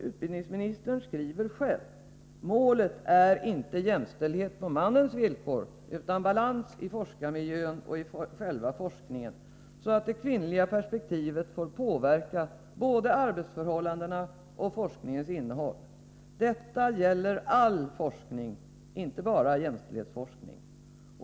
Utbildningsministern uttalar själv: ”Målet är inte jämställdhet på männens villkor, utan balans i forskarmiljön och i själva forskningen, så att det kvinnliga perspektivet får påverka både arbetsförhållandena och forskningens innehåll. Detta gäller all forskning, inte bara jämställdhetsforskning.